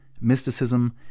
mysticism